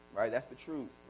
right? that's the truth.